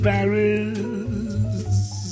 Paris